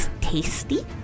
tasty